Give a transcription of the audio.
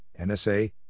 NSA